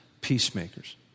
peacemakers